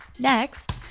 Next